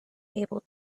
able